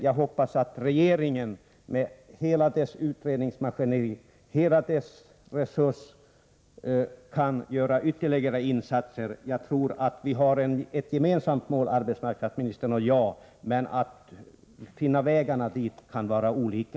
Jag hoppas att regeringen med hela dess utredningsmaskineri och alla dess resurser kan göra ytterligare insatser. Jag tror att arbetsmarknadsministern och jag i detta avseende har ett gemensamt mål — men vägarna dit kan vara olika.